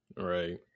Right